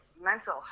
mental